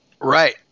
Right